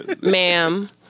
ma'am